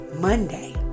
monday